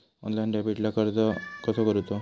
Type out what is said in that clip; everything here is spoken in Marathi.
ऑनलाइन डेबिटला अर्ज कसो करूचो?